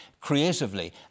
creatively